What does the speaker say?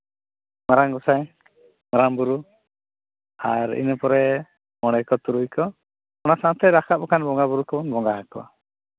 ᱢᱟᱨᱟᱝ ᱜᱚᱸᱥᱟᱭ ᱢᱟᱨᱟᱝ ᱵᱩᱨᱩ ᱟᱨ ᱤᱱᱟᱹᱯᱚᱨᱮ ᱢᱚᱬᱮ ᱠᱚ ᱛᱩᱨᱩᱭ ᱠᱚ ᱚᱱᱟ ᱥᱟᱶᱛᱮ ᱨᱟᱠᱟᱵ ᱟᱠᱟᱱ ᱵᱚᱸᱜᱟᱼᱵᱩᱨᱩ ᱠᱚᱵᱚᱱ ᱵᱚᱸᱜᱟ ᱟᱠᱚᱣᱟ